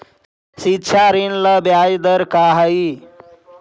शिक्षा ऋण ला ब्याज दर का हई?